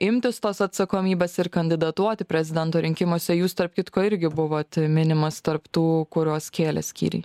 imtis tos atsakomybės ir kandidatuoti prezidento rinkimuose jūs tarp kitko irgi buvot minimas tarp tų kurios kėlė skyriai